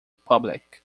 public